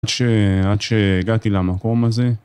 עד ש... עד שהגעתי למקום הזה